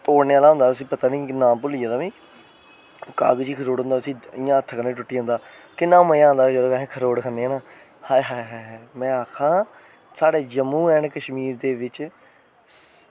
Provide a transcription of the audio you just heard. तोड़ने आह्ला होंदा पता निं नांऽ भुल्ली गेदा मिगी कागज़ी खरोट होंदा उसी इंया हत्थ कन्नै टुटी जंदा किन्ना मज़ा आंदा जिसलै अस खरोट खन्ने आं ना आय हाय में आक्खां साढ़े जम्मू एंड कशमीर बिच